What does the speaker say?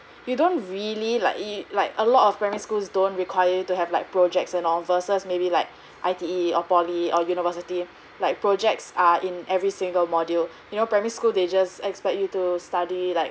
you don't really like you like a lot of primary schools don't require to have like projects and all versus maybe like I_T_E or poly or university like projects are in every single module you know primary school they just expect you to study like